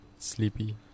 Sleepy